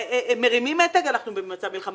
מרימים מתג, אנחנו במצב מלחמה.